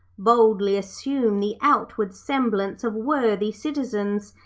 boldly assume the outward semblance of worthy citizens,